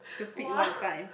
!wow!